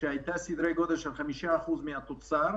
שהייתה בסדר גודל של 5% מהתוצר,